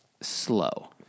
Slow